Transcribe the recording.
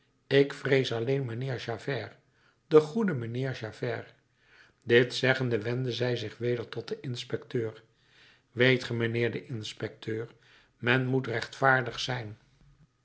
ik vrees alleen mijnheer javert den goeden heer javert dit zeggende wendde zij zich weder tot den inspecteur weet ge mijnheer de inspecteur men moet rechtvaardig zijn